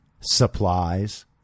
supplies